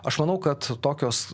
aš manau kad tokios